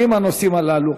עולים הנושאים הללו.